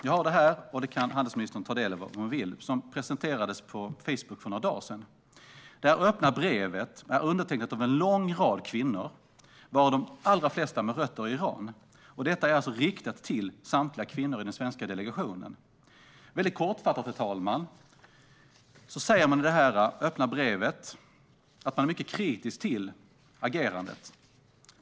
Jag har det här, och handelsministern kan ta del av det om hon vill. Det presenterades på Facebook för några dagar sedan. Det öppna brevet är undertecknat av en lång rad kvinnor, varav de allra flesta med rötter i Iran. Brevet är riktat till samtliga kvinnor i den svenska delegationen. Herr talman! Kortfattat skriver de i detta öppna brev att de är mycket kritiska till agerandet.